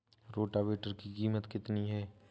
Rotavator की कीमत कितनी है?